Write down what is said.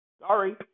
Sorry